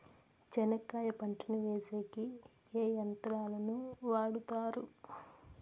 చెనక్కాయ పంటను వేసేకి ఏ యంత్రాలు ను వాడుతారు?